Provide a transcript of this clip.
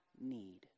need